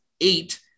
eight